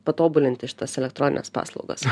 patobulinti šitas elektronines paslaugas